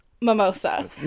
Mimosa